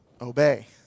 obey